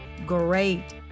great